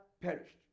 perished